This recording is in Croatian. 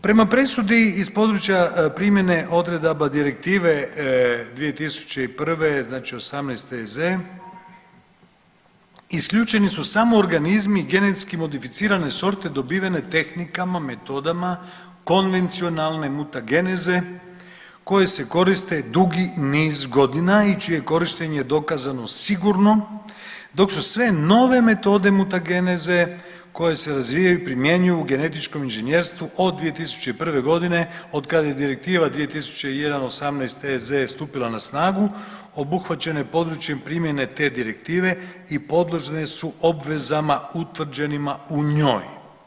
Prema presudi iz područja primjene odredaba Direktive 2001 znači 18 EZ isključeni su samo organizmi genetski modificirane sorte dobivene tehnikama, metodama konvencionalne mutageneze koje se koriste dugi niz godina i čije korištenje je dokazano sigurno dok su sve nove metode mutageneze koje se razvijaju primjenjuju u genetičkom inžinjerstvu od 2001. godine od kad je Direktiva 2001 18 EZ stupila na snagu obuhvaćeno je područjem primjene te direktive i podložne su obvezama utvrđenima u njoj.